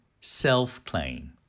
self-claim